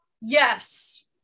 Yes